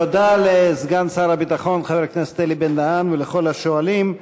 תודה לסגן שר הביטחון חבר הכנסת אלי בן-דהן ולכל השואלים.